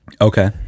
Okay